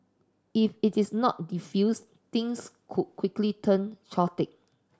if it is not defused things could quickly turn chaotic